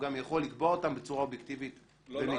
הוא גם יכול לקבוע אותם בצורה אובייקטיבית ומקצועית.